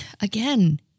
Again